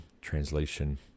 translation